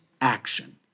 action